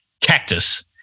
Cactus